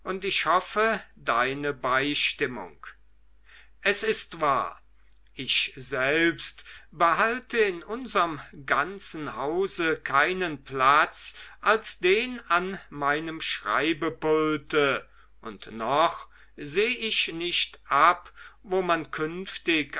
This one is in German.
ich hoffe deine beistimmung es ist wahr ich selbst behalte in unserm ganzen hause keinen platz als den an meinem schreibpulte und noch seh ich nicht ab wo man künftig